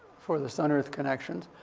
for the sun-earth connections.